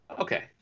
Okay